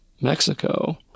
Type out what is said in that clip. Mexico